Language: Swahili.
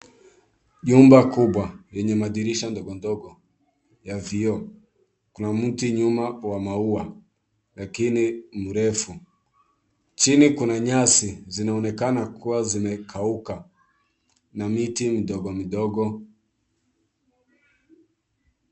Jumba kubwa yenye madirisha ndogondogo ya vioo. Kuna mti nyuma wa maua lakini mrefu, chini kuna nyasi zinaonekana kuwa zimekauka na miti midogomidogo.